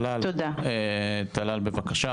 טלל בבקשה.